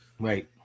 right